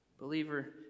Believer